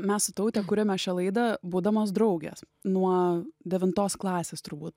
mes su taute kuriame šią laidą būdamos draugės nuo devintos klasės turbūt